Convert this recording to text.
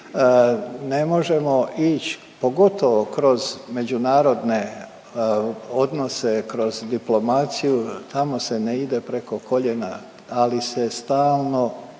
ne možemo ići pogotovo kroz međunarodne odnose, kroz diplomaciju tamo se ne ide preko koljena, ali se stalno vrši